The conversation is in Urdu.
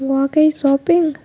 واقعی شاپنگ